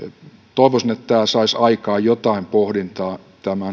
toivoisin että tämä saisi aikaan jotain pohdintaa